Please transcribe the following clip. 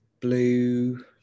blue